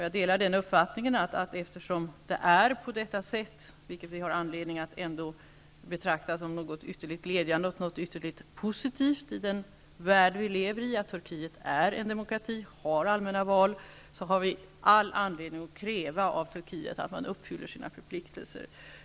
Jag delar också uppfattningen att vi eftersom det är på detta sätt -- dvs. att Turkiet är en demokrati och har allmänna val, vilket vi ändå har anledning att betrakta som något ytterligt glädjande och positivt i den värld som vi lever i -- har all anledning att kräva av Turkiet att landet uppfyller sina förpliktelser.